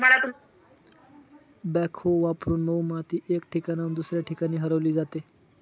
backhoe वापरून मऊ माती एका ठिकाणाहून दुसऱ्या ठिकाणी हलवली जाते